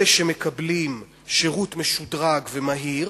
אלה שמקבלים שירות משודרג ומהיר